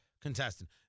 contestant